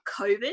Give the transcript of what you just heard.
COVID